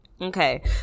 Okay